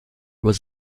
was